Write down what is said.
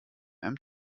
einem